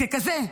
ככזה,